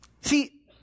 See